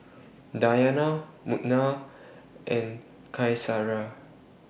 Dayana Munah and Qaisara